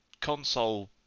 console